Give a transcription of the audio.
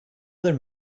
other